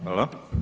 Hvala.